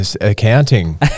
Accounting